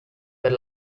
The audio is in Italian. per